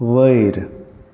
वयर